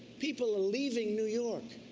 people are leaving new york.